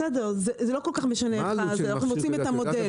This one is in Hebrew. בסדר, זה לא כל כך משנה, אנחנו מוצאים את המודל.